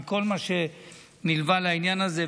מכל מה שנלווה לעניין הזה.